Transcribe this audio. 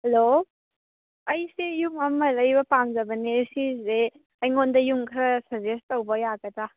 hello ꯑꯩꯁꯦ ꯌꯨꯝ ꯑꯃ ꯂꯩꯕ ꯄꯥꯝꯖꯕꯅꯦ ꯁꯤꯖꯦ ꯑꯩꯉꯣꯟꯗ ꯌꯨꯝ ꯈꯔ ꯁꯖꯦꯁ ꯇꯧꯕ ꯌꯥꯒꯗ꯭ꯔꯥ